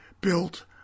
built